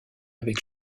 avec